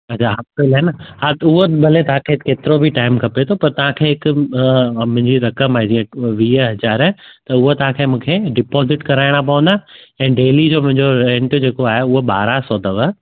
अच्छा हफ़्ते लाइ न हा त उहो भले तव्हांखे केतिरो बि टाइम खपे थो पर तव्हांखे हिक मुंहिंजी रक़म आहे जीअं वीह हज़ार त हूअ तव्हांखे मूंखे डिपॉजिट करायणा पवंदा ऐं डेली जो मुंहिंजो रेंट जेको आहे उहो ॿारह सौ अथव